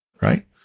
right